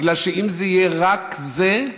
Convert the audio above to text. בגלל שאם זה יהיה רק זה,